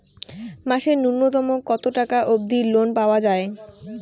মাসে নূন্যতম কতো টাকা অব্দি লোন পাওয়া যায়?